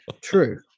true